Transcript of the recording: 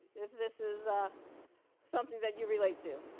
if this is ah something that you relate to.